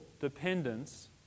dependence